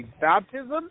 baptism